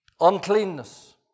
uncleanness